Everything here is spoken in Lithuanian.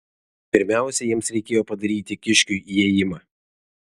pirmiausia jiems reikėjo padaryti kiškiui įėjimą